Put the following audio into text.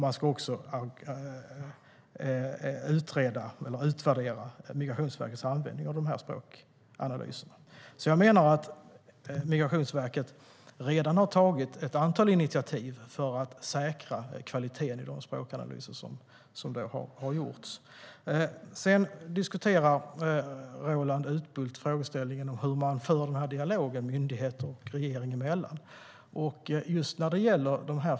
Man ska även utvärdera Migrationsverkets användning av dessa språkanalyser. Roland Utbult diskuterar hur dialogen mellan myndighet och regering förs.